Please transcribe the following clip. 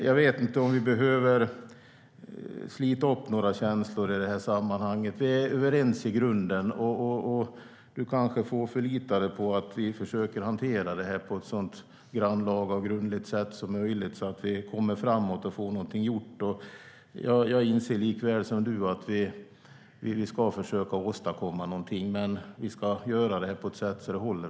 Jag vet inte om vi behöver slita upp några känslor i detta sammanhang. Vi är överens i grunden. Du kanske får förlita dig på att vi försöker hantera detta på ett så grannlaga och grundligt sätt som möjligt så att vi kommer framåt och får något gjort, Mikael Oscarsson. Jag anser, precis som du, att vi ska försöka åstadkomma något, men vi ska göra det så att det håller.